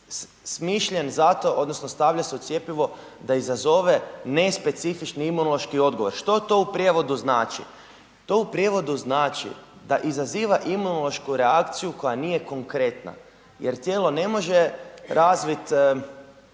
smišljen zato odnosno stavlja se u cjepivo da izazove nespecifični imunološki odgovor. Što to u prijevodu znači? To u prijevodu znači da izaziva imunološku reakciju koja nije konkretna jer tijelo ne može razvit,